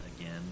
again